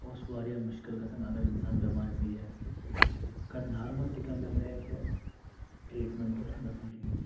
اوس واریاہ مُشکِل گژھان اَگر کانٛہہ اِنسان بٮ۪مار پیٚیہِ ہہ اَگر نارمَل تہِ کانٛہہ بٮ۪مٲرۍ آسہِ ہہ ٹرٛیٖٹمٮ۪نٛٹ اوس نہٕ گژھان کِہیٖنۍ